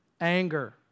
anger